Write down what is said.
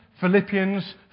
Philippians